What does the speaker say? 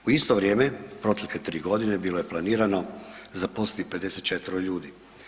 U isto vrijeme protekle 3 godine bilo je planirano zaposliti 54 ljudi.